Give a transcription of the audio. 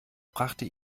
brachte